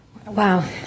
Wow